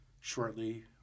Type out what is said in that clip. shortly